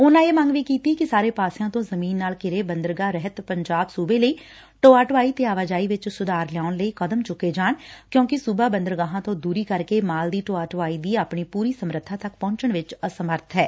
ਉਨਾਂ ਇਹ ਵੀ ਮੰਗ ਕੀਤੀ ਕਿ ਸਾਰੇ ਪਾਸਿਓ ਤੋਂ ਜ਼ਮੀਨ ਨਾਲ ਘਿਰੇ ਬੰਦਰਗਾਹ ਰਹਿਤ ਪੰਜਾਬ ਸੁਬੇ ਲਈ ਢੋਆ ਢੋਆਈ ਤੇ ਆਵਾਜਾਈ ਵਿੱਚ ਸੁਧਾਰ ਲਿਆਉਣ ਲਈ ਕਦਮ ਚੁੱਕੇ ਜਾਣ ਕਿਉਕਿ ਸੁਬਾ ਬੰਦਰਗਾਹਾ ਤੋ ਦੁਰੀ ਕਰਕੇ ਮਾਲ ਦੀ ਢੋਆ ਢੋਆਈ ਦੀ ਆਪਣੀ ਪੁਰੀ ਸਮਰਬਾ ਤੱਕ ਪਹੁੰਚਣ ਵਿੱਚ ਅਸਮਰੱਬ ਏ